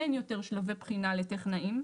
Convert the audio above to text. אין יותר שלבי בחינה לטכנאים.